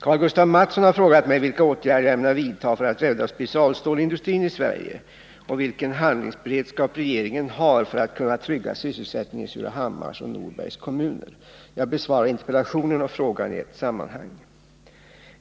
Karl-Gustaf Mathsson har frågat mig vilka åtgärder jag ämnar vidta för att rädda specialstålsindustrin i Sverige och vilken handlingsberedskap regeringen har för att kunna trygga sysselsättningen i Surahammars och Norbergs kommuner, Jag besvarar interpellationen och frågan i ett sammanhang.